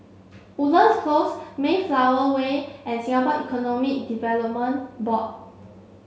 woodlands Close Mayflower Way and Singapore Economic Development Board